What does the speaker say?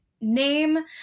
name